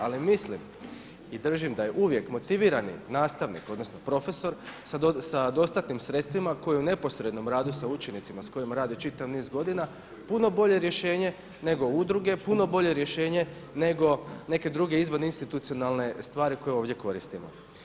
Ali mislim i držim da je uvijek motivirani nastavnik, odnosno profesor sa dostatnim sredstvima koji u neposrednom radu sa učenicima sa kojima rade čitav niz godina puno bolje rješenje nego udruge, puno bolje rješenje nego neke druge izborne institucionalne stvari koje ovdje koristimo.